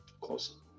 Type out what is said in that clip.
close